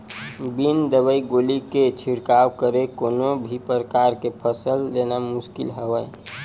बिन दवई गोली के छिड़काव करे कोनो भी परकार के फसल लेना मुसकिल हवय